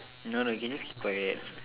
no no you can just keep quiet